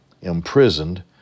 imprisoned